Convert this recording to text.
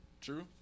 true